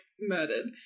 murdered